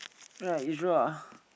right you draw ah